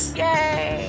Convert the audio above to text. yay